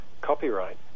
copyright